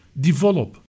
develop